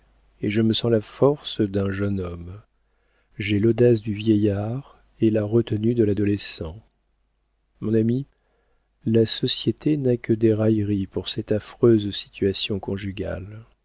et je me sens la force d'un jeune homme j'ai l'audace du vieillard et la retenue de l'adolescent mon ami la société n'a que des railleries pour cette affreuse situation conjugale